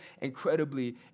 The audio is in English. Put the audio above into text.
incredibly